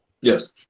Yes